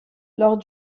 lors